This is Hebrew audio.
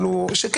הם